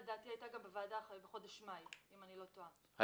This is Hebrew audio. לדעתי הייתה גם ועדה בחודש מאי אם אני לא טועה.